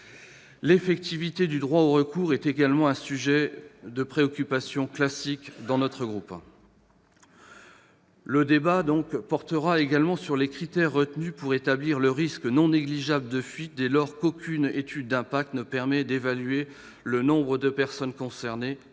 L'effectivité du droit au recours est aussi un sujet de préoccupation classique au sein de mon groupe. Le débat portera également sur les critères retenus pour établir le risque non négligeable de fuite, dès lors qu'aucune étude d'impact ne permet d'évaluer le nombre de personnes concernées